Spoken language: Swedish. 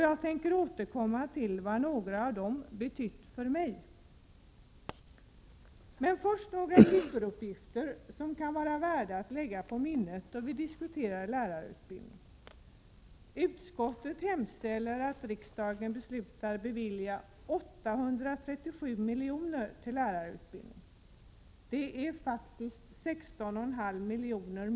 Jag tänker återkomma till vad några av dem har betytt för mig. Men först några sifferuppgifter som kan vara värda att lägga på minnet när vi diskuterar lärarutbildningen. Utskottet hemställer att riksdagen beslutar att bevilja 837 miljoner till lärarutbildning. Det är faktiskt 16 500 000 kr.